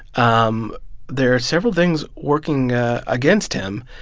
um there are several things working against him.